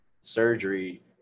surgery